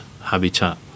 habitat